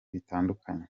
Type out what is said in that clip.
bitandukanye